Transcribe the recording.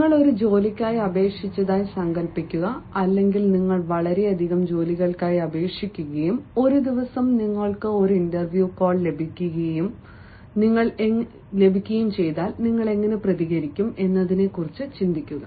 നിങ്ങൾ ഒരു ജോലിക്കായി അപേക്ഷിച്ചതായി സങ്കൽപ്പിക്കുക അല്ലെങ്കിൽ നിങ്ങൾ വളരെയധികം ജോലികൾക്കായി അപേക്ഷിക്കുകയും ഒരു ദിവസം നിങ്ങൾക്ക് ഒരു ഇന്റർവ്യൂ കോൾ ലഭിക്കുകയും നിങ്ങൾ എങ്ങനെ പ്രതികരിക്കും എന്നതിനെക്കുറിച്ച് ചിന്തിക്കുക